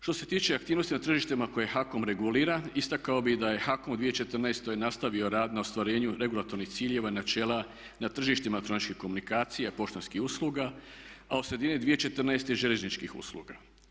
Što se tiče aktivnosti na tržištima koje HAKOM regulira istakao bih da je HAKOM u 2014. nastavio rad na ostvarenju regulatornih ciljeva i načela na tržištima elektroničkih komunikacija, poštanskih usluga, a od sredine 2014. željezničkih usluga.